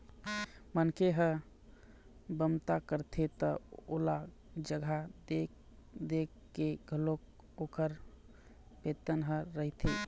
मनखे ह बमता करथे त ओला जघा देख देख के घलोक ओखर बेतन ह रहिथे